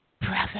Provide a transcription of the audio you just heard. brother